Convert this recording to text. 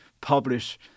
publish